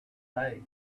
days